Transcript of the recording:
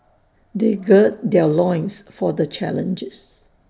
they gird their loins for the challenges